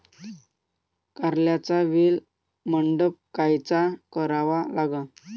कारल्याचा वेल मंडप कायचा करावा लागन?